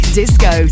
disco